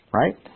right